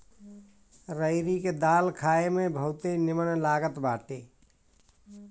रहरी के दाल खाए में बहुते निमन लागत बाटे